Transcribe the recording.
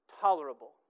tolerable